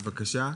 בבקשה.